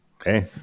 Okay